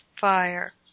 fire